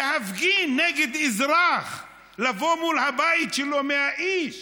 להפגין נגד אזרח, לבוא מול הבית שלו 100 איש